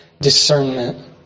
discernment